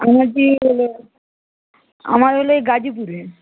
আমার যে হল আমার হল এই গাজীপুরে